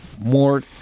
more